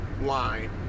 line